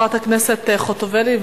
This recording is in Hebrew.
חברת הכנסת חוטובלי,